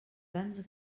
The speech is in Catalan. tants